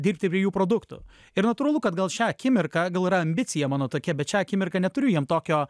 dirbti prie jų produktų ir natūralu kad gal šią akimirką gal yra ambicija mano tokia bet šią akimirką neturiu jiem tokio